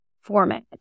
format